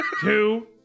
two